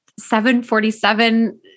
747